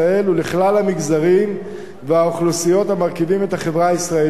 ולכלל המגזרים והאוכלוסיות המרכיבים את החברה הישראלית.